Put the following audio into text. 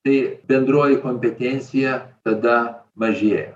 tai bendroji kompetencija tada mažėja